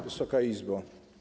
Wysoka Izbo!